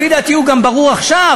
לפי דעתי הוא גם ברור עכשיו,